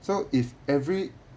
so if every